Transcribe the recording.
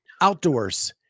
outdoors